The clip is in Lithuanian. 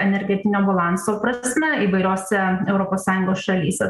energetinio balanso prasme įvairiose europos sąjungos šalyse